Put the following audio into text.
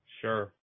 Sure